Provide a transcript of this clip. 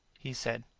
he said,